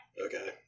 Okay